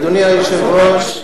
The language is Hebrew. אדוני היושב-ראש,